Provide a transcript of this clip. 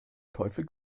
teufel